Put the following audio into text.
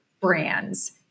brands